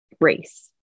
race